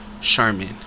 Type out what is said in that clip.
Charmin